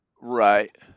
Right